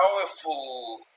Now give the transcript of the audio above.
powerful